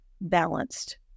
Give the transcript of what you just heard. balanced